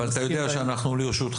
אבל אתה יודע שאנחנו לרשותך.